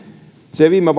viime